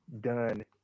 done